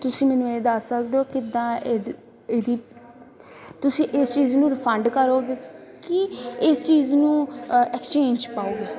ਤੁਸੀਂ ਮੈਨੂੰ ਇਹ ਦੱਸ ਸਕਦੇ ਹੋ ਕਿੱਦਾਂ ਇਹਦ ਇਹਦੀ ਤੁਸੀਂ ਇਸ ਚੀਜ਼ ਨੂੰ ਰਿਫੰਡ ਕਰੋਗੇ ਕਿ ਇਸ ਚੀਜ਼ ਨੂੰ ਐਕਸਚੇਂਜ ਪਾਓਗੇ